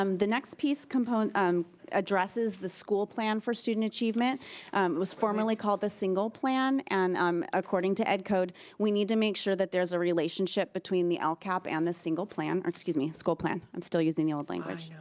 um the next piece component um addresses the school plan for student achievement. it was formerly called the single plan and um according to ed code we need to make sure that there's a relationship between the ah lcap and the single plan, excuse me, school plan. i'm still using old language.